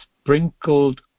sprinkled